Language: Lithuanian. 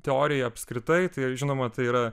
teoriją apskritai tai žinoma tai yra